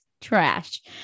trash